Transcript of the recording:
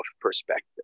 perspective